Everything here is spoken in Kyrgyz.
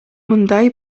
мындай